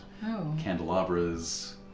Candelabras